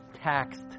taxed